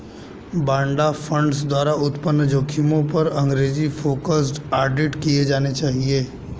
बाड़ा फंड्स द्वारा उत्पन्न जोखिमों पर अंग्रेजी फोकस्ड ऑडिट किए जाने चाहिए